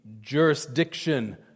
jurisdiction